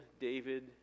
David